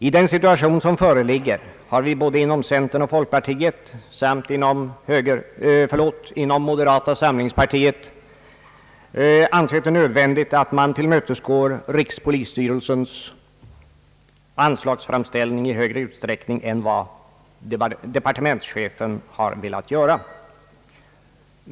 I den föreliggande situationen har vi både inom centern och folkpartiet samt inom moderata samlingspartiet ansett det nödvändigt, att man tillmötesgår rikspolisstyrelsens anslagsframställning i högre grad än vad departementschefen har velat göra.